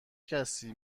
کسی